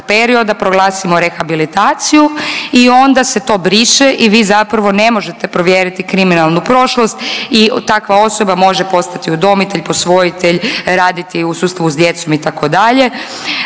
perioda proglasimo rehabilitaciju i onda se to briše i vi zapravo ne možete provjeriti kriminalnu prošlost i takva osoba može postati udomitelj, posvojitelj, raditi u sustavu s djecom itd.